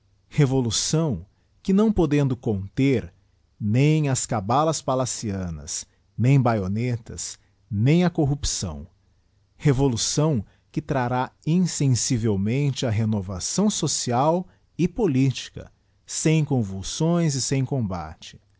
revolução que não poderão cont afim as cabias palacianas nem bayonetas nem a corrupção revoluçso que trará insensivelmente a renovar fo boieial e politica sem convulsões e sem combate